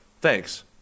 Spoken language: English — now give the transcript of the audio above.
Thanks